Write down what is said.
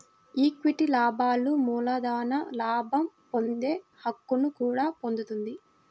equity లాభాలు మూలధన లాభం పొందే హక్కును కూడా పొందుతుంది